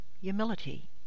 humility